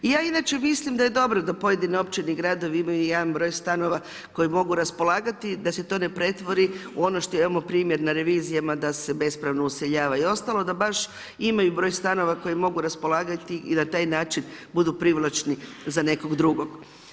I ja inače mislim da je dobro da pojedine opčine i gradovi imaju jedan broj stanova koji mogu raspolagati, da se to ne pretvori u ono što imamo primjer na revizijama da se bespravno useljava i ostalo da baš imaju broj stanova koji mogu raspolagati i na taj način budu privlačni za nekog drugog.